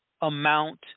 amount